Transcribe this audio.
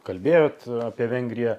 kalbėjot apie vengriją